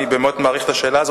אני באמת מעריך את השאלה הזאת.